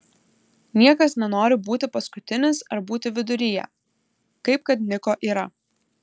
niekas nenori būti paskutinis ar būti viduryje kaip kad niko yra